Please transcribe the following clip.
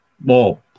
more